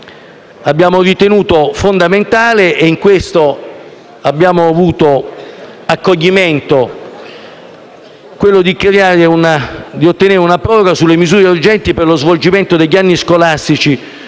abbiamo ritenuto fondamentale - e in questo abbiamo avuto accoglimento - ottenere una proroga sulle misure urgenti per lo svolgimento degli anni scolastici